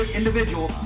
individual